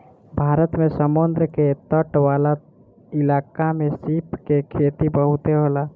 भारत में समुंद्र के तट वाला इलाका में सीप के खेती बहुते होला